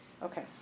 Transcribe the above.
Okay